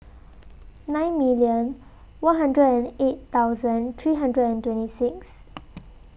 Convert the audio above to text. nine million one hundred and eight thousand three hundred and twenty six